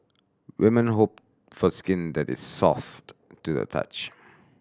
women hope for skin that is soft to the touch